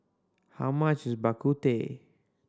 how much is Bak Kut Teh